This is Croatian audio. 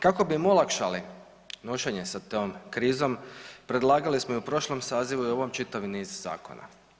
Kako bi im olakšali nošenje sa tom krizom predlagali smo u prošlom sazivu i u ovom čitav niz zakona.